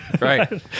Right